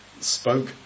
spoke